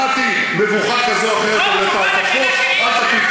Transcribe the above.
שמעתי מבוכה כזאת או אחרת, אבל את ההטפות אל תטיף